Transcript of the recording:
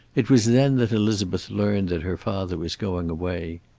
it was then that elizabeth learned that her father was going away.